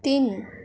तिन